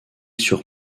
sur